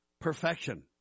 perfection